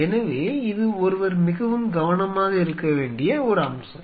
எனவே இது ஒருவர் மிகவும் கவனமாக இருக்க வேண்டிய ஒரு அம்சம்